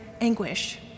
anguish